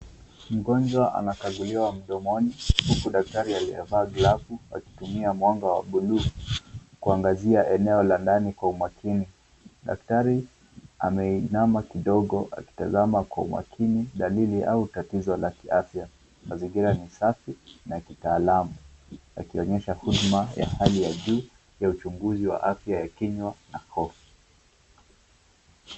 Mgonjwa anakaguliwa mdomoni huku daktari aliyevaa glavu akitumia mwanga wa buluu kuangazia eneo la ndani kwa umakini. Daktari ameinama kidogo akitazama kwa umakini dalili au tatizo ka kiafya. Mazingira ni safi ya kitaalamu yakionyesha huduma ya hali ya juu ya uchunguzi wa afya ya kinywa na koo.